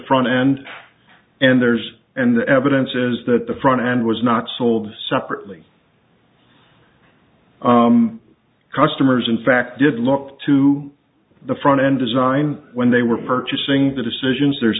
front end and theirs and the evidence is that the front end was not sold separately customers in fact did look to the front end design when they were purchasing the decisions there's